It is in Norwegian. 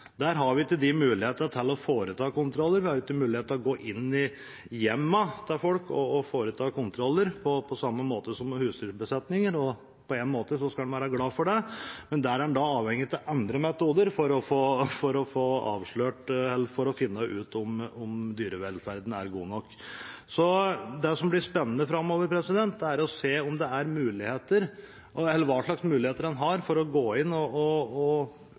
Der har vi ikke de mulighetene til å foreta kontroller. Vi har ikke mulighet til å gå inn i hjemmene til folk og foreta kontroller på samme måte som i husdyrbesetninger. På en måte skal en være glad for det, men der er en da avhengig av andre metoder for å finne ut om dyrevelferden er god nok. Så det som blir spennende framover, er å se på hva slags mulighet en har til å gå inn og avdekke forhold i husdyrhold uten å krenke privatlivets fred, som er utrolig viktig å ivareta i så måte. Men utfordringen er der, og